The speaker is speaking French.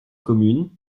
commune